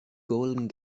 golden